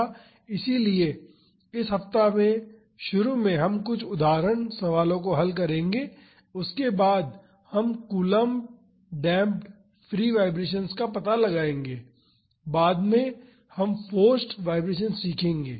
इसलिए इस सप्ताह में शुरू में हम कुछ उदाहरण सवालों को हल करेंगे उसके बाद हम कूलम्ब डेम्प्ड फ्री वाईब्रेशन्स का पता लगाएंगे बाद में हम फोर्स्ड वाईब्रेशन्स सीखेंगे